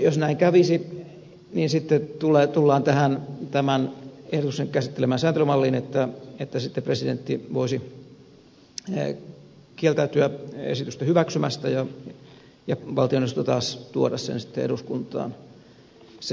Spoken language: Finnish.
jos näin kävisi niin sitten tullaan tähän tämän ehdotuksen käsittelemään säätelymalliin että presidentti voisi kieltäytyä esitystä hyväksymästä ja valtioneuvosto taas tuoda sen eduskuntaan selonteon muodossa